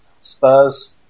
Spurs